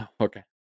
Okay